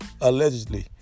allegedly